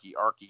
arky